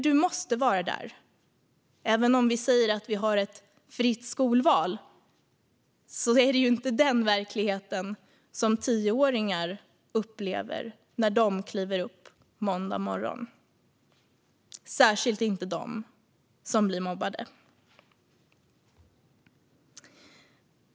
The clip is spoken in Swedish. Barn måste vara i skolan, och även om vi säger att vi har ett fritt skolval är det inte tioåringars verklighet när de kliver upp måndag morgon, särskilt inte de som blir mobbade.